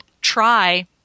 try